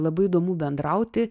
labai įdomu bendrauti